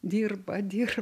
dirba dirba